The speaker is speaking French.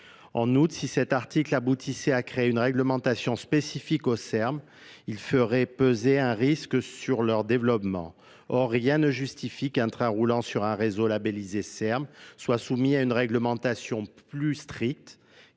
en outre si cet article aboutissait à créer une réglementation spécifique au serbe il ferait peser un risque sur leur développement or rien nee justifie qu'un train roulant sur un réseau labellisé R R M soit soumis à une réglementation plus stricte